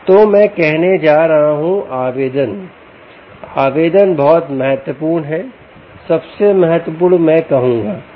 तो मैं कहने जा रहा हूं आवेदन आवेदन बहुत महत्वपूर्ण है सबसे महत्वपूर्ण मैं कहूंगा क्यों